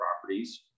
properties